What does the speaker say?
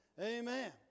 Amen